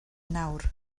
nawr